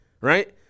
right